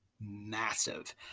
massive